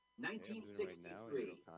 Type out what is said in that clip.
1963